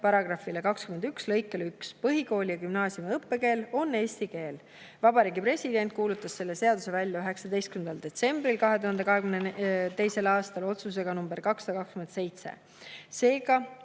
järgmiselt: "Põhikooli ja gümnaasiumi õppekeel on eesti keel." Vabariigi President kuulutas selle seaduse välja 19. detsembril 2022. aastal otsusega number 227.